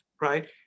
Right